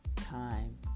Time